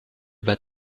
bas